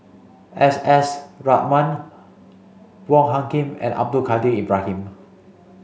S S Ratnam Wong Hung Khim and Abdul Kadir Ibrahim